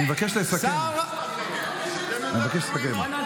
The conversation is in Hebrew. אני מבקש לסכם, אני מבקש לסכם.